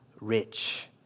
rich